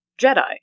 Jedi